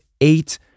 eight